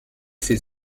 ses